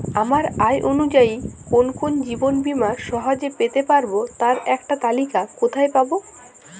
আমার আয় অনুযায়ী কোন কোন জীবন বীমা সহজে পেতে পারব তার একটি তালিকা কোথায় পাবো?